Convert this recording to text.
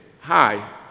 Hi